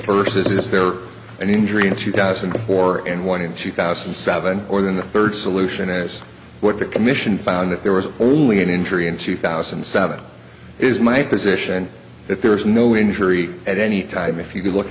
is is there an injury in two thousand and four and one in two thousand and seven or than the third solution is what the commission found that there was only an injury in two thousand and seven is my position that there was no injury at any time if you could look